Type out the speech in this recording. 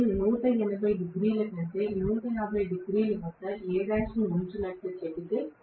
నేను 180 డిగ్రీల కంటే 150 డిగ్రీల వద్ద Al ఉంచినట్లు చెబితే